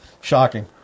shocking